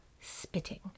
spitting